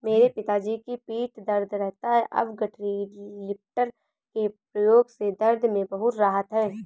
मेरे पिताजी की पीठ दर्द रहता था अब गठरी लिफ्टर के प्रयोग से दर्द में बहुत राहत हैं